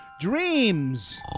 dreams